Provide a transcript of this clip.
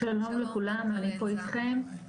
שלום לכולם, אני פה אתכם.